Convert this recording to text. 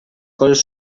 coses